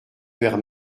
père